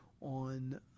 on